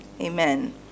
amen